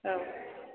औ